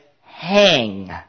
hang